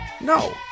no